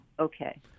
Okay